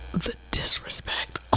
the disrespect,